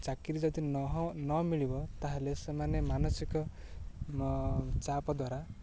ଚାକିରି ଯଦି ନହ ନ ମିଳିବ ତାହେଲେ ସେମାନେ ମାନସିକ ଚାପ ଦ୍ୱାରା